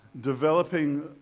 developing